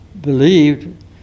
believed